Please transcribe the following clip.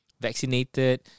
vaccinated